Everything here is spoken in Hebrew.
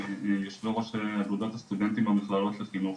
יושבי ראש אגודת הסטודנטים והמכללות לחינוך,